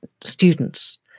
students